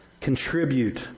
Contribute